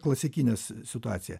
klasikinės situacija